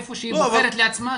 איפה שהיא בוחרת לעצמה,